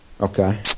Okay